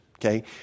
okay